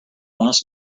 wants